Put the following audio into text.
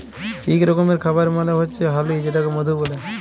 ইক রকমের খাবার মালে হচ্যে হালি যেটাকে মধু ব্যলে